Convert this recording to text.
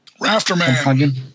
Rafterman